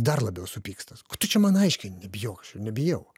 dar labiau supyksta ko tu čia man aiškini nebijau aš čia nebijau